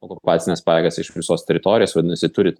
okupacines pajėgas iš visos teritorijos vadinasi turit